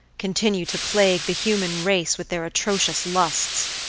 continue to plague the human race with their atrocious lusts.